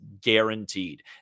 guaranteed